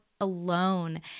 alone